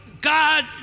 God